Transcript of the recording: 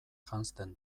janzten